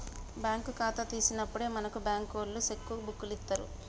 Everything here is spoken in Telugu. బ్యాంకు ఖాతా తీసినప్పుడే మనకు బంకులోల్లు సెక్కు బుక్కులిత్తరు